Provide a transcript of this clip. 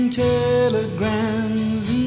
telegrams